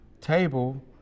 table